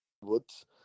woods